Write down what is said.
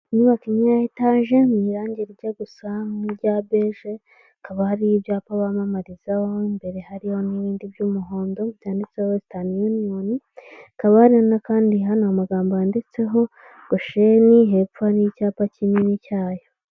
Inyubako imwe ya etaje mu irange rijya gusa nk'irya berije hakaba hariho ibyapa bamamarizaho imbere hariyo n'ibindi by'umuhondo byanditseho wesitani yuniyoni hakaba hari n'akandi hano amagambo yanditseho gosheni hepfo hari icyapa kinini cyayo.